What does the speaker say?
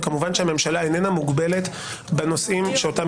וכמובן שהממשלה איננה מוגבלת בנושאים שאותם